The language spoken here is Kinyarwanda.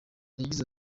yagize